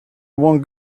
one